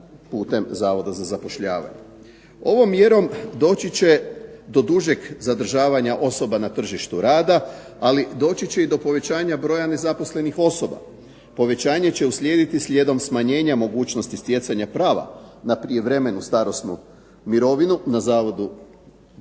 Ovom mjerom doći će do dužeg zadržavanja osoba na tržištu rada, ali doći će i do povećanja broja nezaposlenih osoba. Povećanje će uslijediti slijedom smanjenja mogućnosti stjecanja prava na prijevremenu starosnu mirovinu na Zavodu,